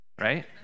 right